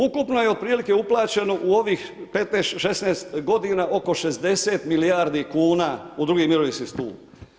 Ukupno je otprilike uplaćeno u ovih 15, 16 godina oko 60 milijardi kuna u drugi mirovinski stup.